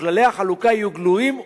וכללי החלוקה יהיו גלויים ונהירים.